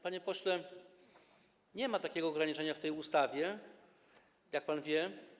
Panie pośle, nie ma takiego ograniczenia w tej ustawie, jak pan wie.